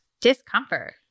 discomfort